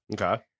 Okay